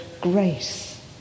grace